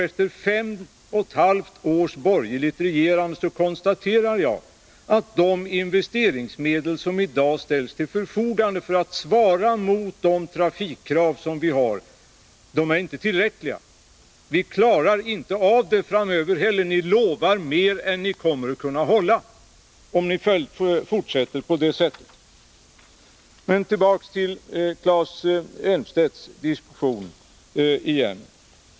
Efter fem och ett halvt års borgerligt regerande konstaterar jag att de investeringsmedel som i dag ställs till förfogande för att svara mot de trafikkrav som vi har inte är tillräckliga. Vi klarar inte av det framöver heller. Ni lovar mer än vad ni kommer att kunna hålla, om ni fortsätter på det sättet. Men tillbaka till Claes Elmstedts diskussion igen!